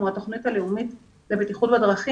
כמו התוכנית הלאומית לבטיחות ילדים